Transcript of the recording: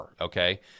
okay